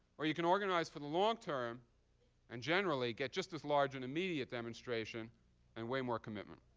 or you can organize for the long-term and generally get just as large an immediate demonstration and way more commitment.